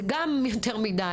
שזה גם יותר מידי,